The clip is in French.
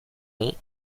nom